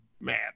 man